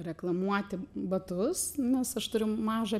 reklamuoti batus nes aš turiu mažą